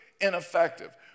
ineffective